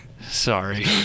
Sorry